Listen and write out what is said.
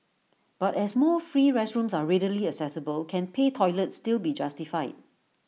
but as more free restrooms are readily accessible can pay toilets still be justified